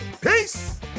Peace